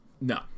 no